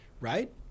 Right